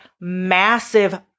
massive